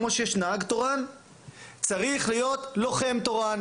אז כמו שיש נהג תורן צריך להיות לוחם תורן,